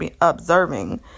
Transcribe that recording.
observing